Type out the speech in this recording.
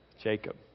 Jacob